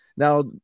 Now